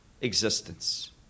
existence